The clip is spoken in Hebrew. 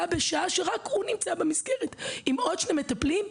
בשעה בה רק הוא נמצא במסגרת עם עוד שני מטפלים,